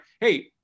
Hey